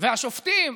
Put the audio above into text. ואת השופטים?